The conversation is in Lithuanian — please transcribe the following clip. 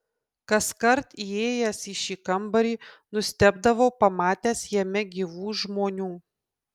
kaskart įėjęs į šį kambarį nustebdavau pamatęs jame gyvų žmonių